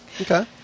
Okay